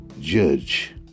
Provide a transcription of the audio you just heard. judge